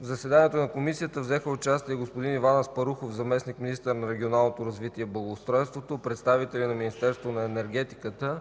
В заседанието на комисията взеха участие господин Иван Аспарухов – заместник-министър на регионалното развитие и благоустройството, представители на Министерството на енергетиката,